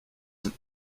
sind